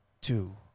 two